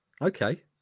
Okay